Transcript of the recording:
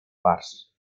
parts